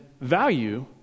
value